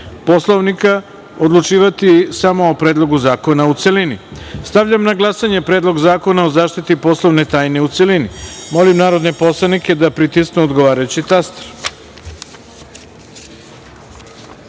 Poslovnika, odlučivati samo o Predlogu zakona u celini. Stavljam na glasanje Predlog zakona o zaštiti poslovne tajne, u celini. Molim narodne poslanike da pritisnu odgovarajući